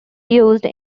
used